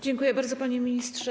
Dziękuję bardzo, panie ministrze.